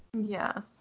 Yes